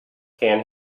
can